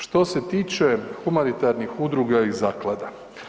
Što se tiče humanitarnih udruga i zaklada.